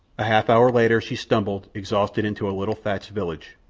a half-hour later she stumbled, exhausted, into a little thatched village.